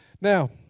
Now